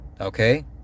Okay